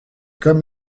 comme